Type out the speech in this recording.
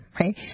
right